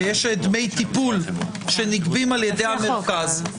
יש דמי טיפול שנגבים על ידי המרכז.